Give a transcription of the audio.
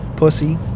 Pussy